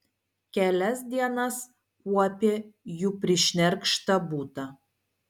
kelias dienas kuopė jų prišnerkštą butą